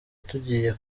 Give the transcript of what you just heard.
tugiye